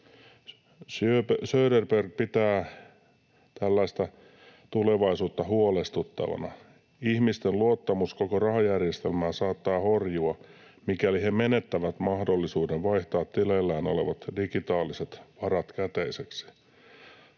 ”Söderberg pitää tällaista tulevaisuutta huolestuttavana. Ihmisten luottamus koko rahajärjestelmään saattaa horjua, mikäli he menettävät mahdollisuuden vaihtaa tileillään olevat digitaaliset varat käteiseksi.”